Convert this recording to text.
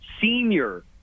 senior